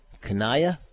Kanaya